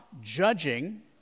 judging